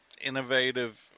innovative